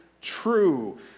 true